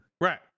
Right